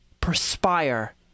perspire